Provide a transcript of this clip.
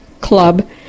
club